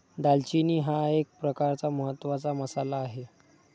दालचिनी हा एक प्रकारचा महत्त्वाचा मसाला आहे